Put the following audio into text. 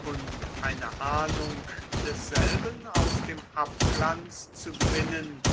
und eine ahnung desselben aus dem abglanz zu gewinnen